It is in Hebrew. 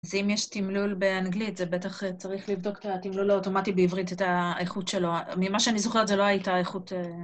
אז אם יש תמלול באנגלית, זה בטח צריך לבדוק את התמלול האוטומטי בעברית, את האיכות שלו. ממה שאני זוכרת זה לא הייתה איכות...